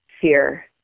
fear